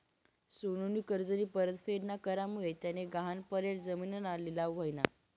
सोनूनी कर्जनी परतफेड ना करामुये त्यानी गहाण पडेल जिमीनना लिलाव व्हयना